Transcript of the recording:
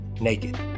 naked